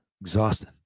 Exhausted